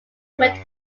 went